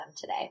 today